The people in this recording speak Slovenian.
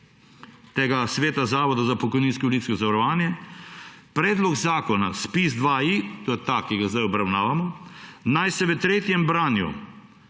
sklep Sveta Zavoda za pokojninsko in invalidsko zavarovanje: »Predlog zakona ZPIZ-2I,« to je ta, ki ga zdaj obravnavamo, »naj se v tretjem branju